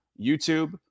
YouTube